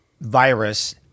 virus